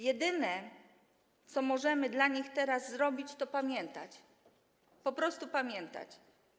Jedyne, co możemy dla nich teraz zrobić, to pamiętać, po prostu pamiętać.